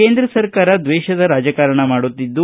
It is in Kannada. ಕೇಂದ್ರ ಸರ್ಕಾರ ದ್ವೇಷದ ರಾಜಕಾರಣ ಮಾಡುತ್ತಿದ್ದು